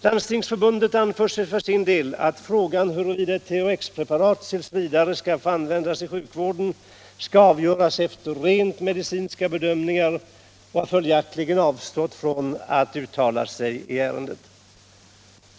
Landstingsförbundet anför att frågan huruvida THX-preparatet t. v. skall få användas i sjuk vården skall avgöras efter rent medicinska bedömningar och har följaktligen avstått från att ytterligare uttala sig i ärendet.